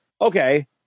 Okay